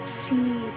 see